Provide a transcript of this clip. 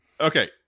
Okay